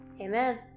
Amen